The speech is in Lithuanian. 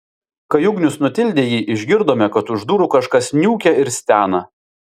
kai ugnius nutildė jį išgirdome kad už durų kažkas niūkia ir stena